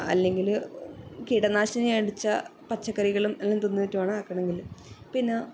അല്ലെങ്കിൽ കീടനാശിനി അടിച്ച പച്ചക്കറികളും എല്ലാം തിന്നിട്ട് വേണം ആക്കണമെങ്കിൽ പിന്നെ